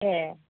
ए